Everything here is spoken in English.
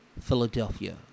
Philadelphia